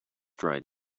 dried